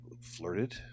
flirted